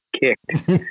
kicked